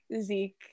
Zeke